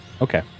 Okay